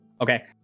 Okay